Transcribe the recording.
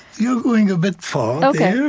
you're going a bit far here,